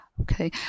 Okay